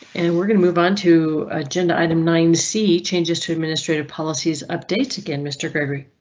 and we're going to move on to agenda item nine c. changes to administrative policy's updates. again, mr. gregory,